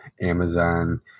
Amazon